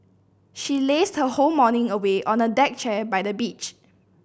she lazed her whole morning away on a deck chair by the beach